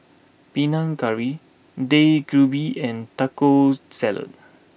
Panang Curry Dak Galbi and Taco Salad